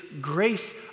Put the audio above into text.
grace